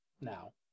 now